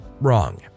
wrong